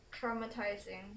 traumatizing